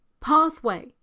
pathway